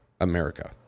America